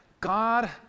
God